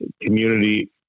community